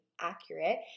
accurate